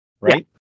Right